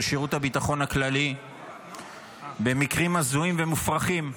שירות הביטחון הכללי במקרים הזויים ומופרכים.